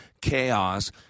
chaos